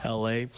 la